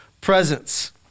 presence